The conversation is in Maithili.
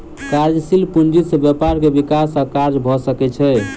कार्यशील पूंजी से व्यापार के विकास आ कार्य भ सकै छै